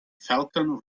falcon